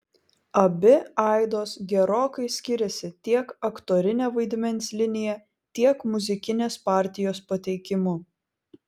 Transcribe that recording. abi aidos gerokai skiriasi tiek aktorine vaidmens linija tiek muzikinės partijos pateikimu